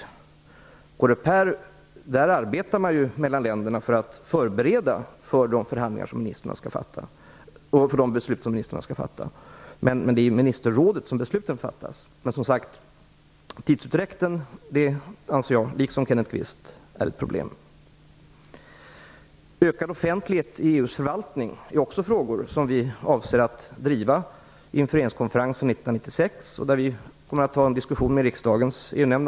I Coreper arbetar man mellan länderna för att förbereda de beslut som ministrarna skall fatta, men det är i Ministerrådet som besluten fattas. Tidsutdräkten anser jag, liksom Kenneth Kvist, dock vara ett problem. Också ökad offentlighet i EU:s förvaltning är en fråga som vi avser att driva inför regeringskonferensen 1996, och vi kommer naturligtvis att ta upp en diskussion om detta med riksdagens EU-nämnd.